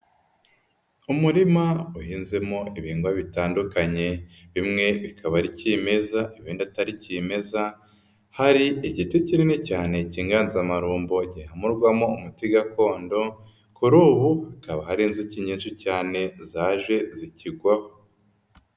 Umurima uhinzemo ibigwa bitandukanye bimwe bikaba ari kimeza ibindi atari kimeza, hari igiti kinini cyane k'inganzamarumbo gihamurwamo umuti gakondo, kuri ubu hakaba hari inzuki nyinshi cyane zaje zikigwaho.